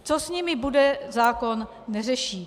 Co s nimi bude, zákon neřeší.